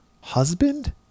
husband